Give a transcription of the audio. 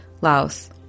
Laos